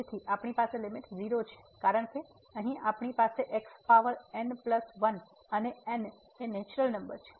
તેથી આપણી પાસે લીમીટ 0 છે કારણ કે અહીં આપણી પાસે x પાવર n પ્લસ 1 અને n એ નેચરલ નંબર છે